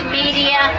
media